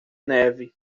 neve